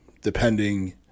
depending